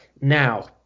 Now